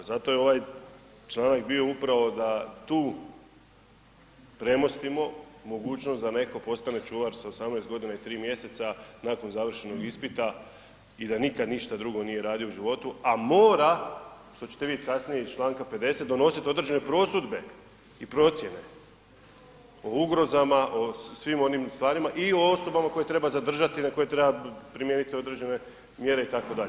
Zato je ovaj članak bio upravo da tu premostimo mogućnost da netko postane čuvar sa 18 godina i 3 mjeseca nakon završenog ispita i da nikad ništa drugo nije radio u životu, a mora što ćete vi kasnije iz članka 50. donosit određene prosudbe i procjene o ugrozama, o svim onim stvarima i o osobama koje treba zadržati i na koje treba primijeniti određene mjere itd.